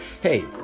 hey